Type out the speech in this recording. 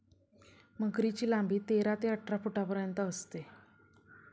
मगरीची लांबी तेरा ते अठरा फुटांपर्यंत असते